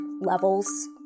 levels